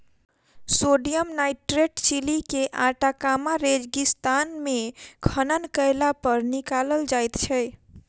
sodium nitrate Chile के Atacama रेगिस्तान मे खनन कयलापर निकालल जाइत छै